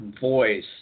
voice